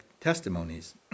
testimonies